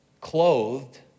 clothed